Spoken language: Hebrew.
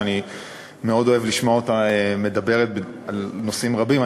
שאני מאוד אוהב לשמוע אותה מדברת על נושאים רבים.